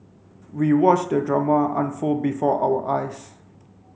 we watched the drama unfold before our eyes